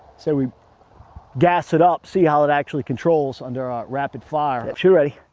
say we gas it up see how it actually controls under ah rapid fire. at your ready.